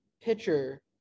pitcher